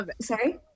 sorry